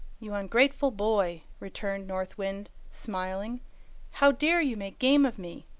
you ungrateful boy, returned north wind, smiling how dare you make game of me?